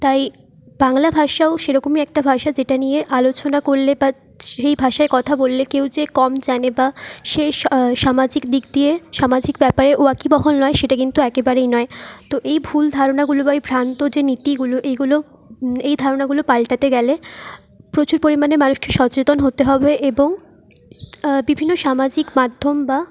তাই বাংলা ভাষাও সেরকমই একটা ভাষা যেটা নিয়ে আলোচনা করলে বা সেই ভাষায় কথা বললে কেউ যে কম জানে বা সে সামাজিক দিক দিয়ে সামাজিক ব্যাপারে ওয়াকিবহল নয় সেটা কিন্তু একেবারেই নয় তো এই ভুল ধারণাগুলো বা এই ভ্রান্ত যে নীতিগুলো এইগুলো এই ধারণাগুলো পাল্টাতে গেলে প্রচুর পরিমাণে মানুষকে সচেতন হতে হবে এবং বিভিন্ন সামাজিক মাধ্যম বা